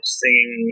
singing